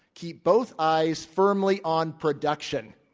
keep both eyes firmly on production.